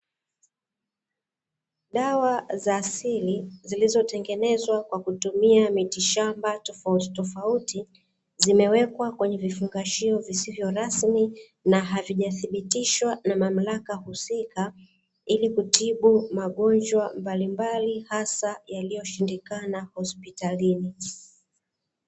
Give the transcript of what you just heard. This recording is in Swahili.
Dawa za asili zilizo tengenezwa kwa kutumia miti shamba tofautitofauti zimewekwa kwenye vifungashio visivyo rasmi, na havija dhibitishwa na mamlaka husika ili kutibu magonjwa mbalimbali asa yaliyo shindikana hospitalini.